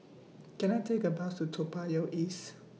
Can I Take A Bus to Toa Payoh East